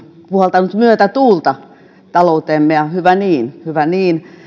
puhaltaneet myötätuulta talouteemme ja hyvä niin hyvä niin